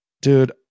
Dude